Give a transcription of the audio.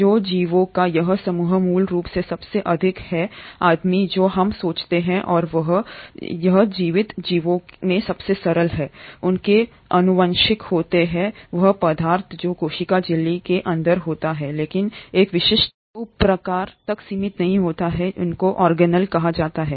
तो जीवों का यह समूह मूल रूप से सबसे अधिक है आदिम जो हम सोचते हैं और जीवित जीवों में सबसे सरल हैं उनके आनुवंशिक होते हैं वह पदार्थ जो कोशिका झिल्ली के अंदर होता है लेकिन एक विशिष्ट उपप्रकार तक सीमित नहीं होता है को ऑर्गेनेल कहा जाता है